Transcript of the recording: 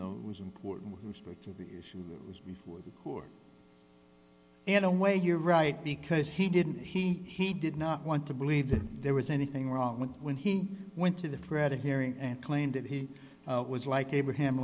though it was important with respect to the issue that was before the court and a way you're right because he didn't he he did not want to believe that there was anything wrong when he went to the fred a hearing and claimed that he was like abraham